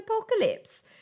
apocalypse